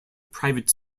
private